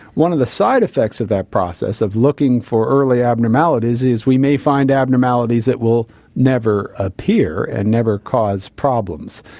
one of the side-effects of that process of looking for early abnormalities is we may find abnormalities that will never appear and never cause problems.